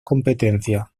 competencia